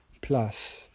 plus